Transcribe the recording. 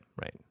right